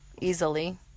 Easily